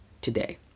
today